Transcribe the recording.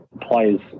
players